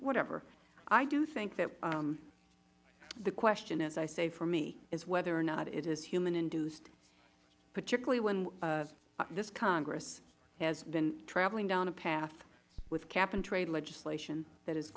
whatever i do think that the question as i say for me is whether or not it is human induced particularly when this congress has been travelling down a path with cap and trade legislation that is